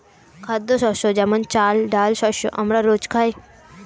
খাদ্যশস্য যেমন চাল, ডাল শস্য আমরা রোজ খাই